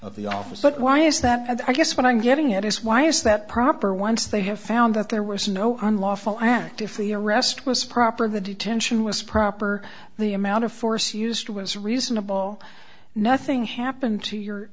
of the office but why is that and i guess what i'm getting at is why is that proper once they have found that there was no one lawful act if the arrest was proper the detention was proper the amount of force used was reasonable nothing happened to your